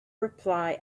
reply